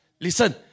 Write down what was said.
listen